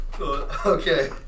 Okay